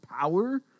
power